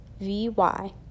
Vy